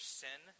sin